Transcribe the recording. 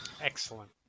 Excellent